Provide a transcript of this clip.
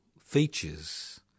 features